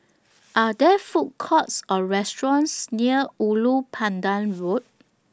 Are There Food Courts Or restaurants near Ulu Pandan Road